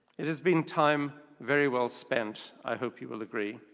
it has been time very well spent, i hope you will agree,